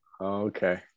Okay